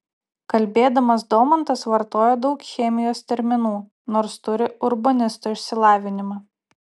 kalbėdamas domantas vartoja daug chemijos terminų nors turi urbanisto išsilavinimą